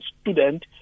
student